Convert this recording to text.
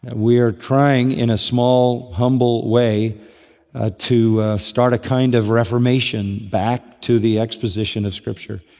we are trying in a small humble way to start a kind of reformation back to the exposition of scripture.